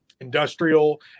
industrial